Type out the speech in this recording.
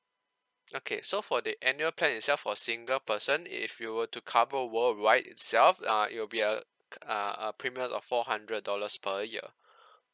okay so for the annual plan itself for a single person if you were to cover worldwide itself uh it will be a uh a premium of four hundred dollars per year